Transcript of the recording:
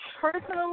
Personally